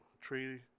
tree